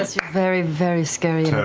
you're very, very scary